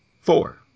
four